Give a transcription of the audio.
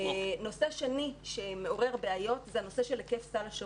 נושא שני שמעורר בעיות זה נושא היקף סל השירותים.